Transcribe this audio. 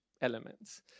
elements